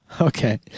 okay